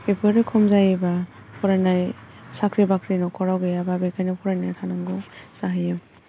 बेफोरो खम जायोबा फरायनाय साख्रि बाख्रि न'खराव गैयाबा बेखायनो फरायनाया थानांगौ जाहैयो